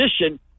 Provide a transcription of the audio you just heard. position